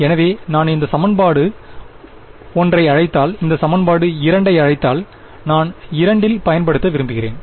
எனவே நான் இந்த சமன்பாடு ஒன்றை அழைத்தால் இந்த சமன்பாடு இரண்டை அழைத்தால் நான் 2 இல் பயன்படுத்த விரும்புகிறேன்